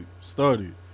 started